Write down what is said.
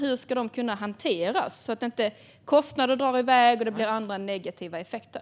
Hur ska de kunna hanteras, så att inte kostnader drar iväg och det blir andra negativa effekter?